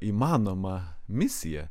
įmanoma misija